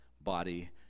body